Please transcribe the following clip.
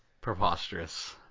Preposterous